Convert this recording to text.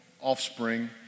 offspring